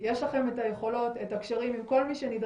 אותם גופים שכולנו יודעים שהם תחת המגזר